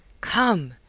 come,